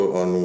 on